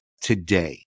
today